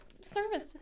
service